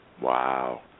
Wow